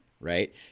Right